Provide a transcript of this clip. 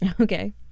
Okay